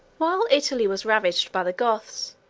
whilst italy was ravaged by the goths,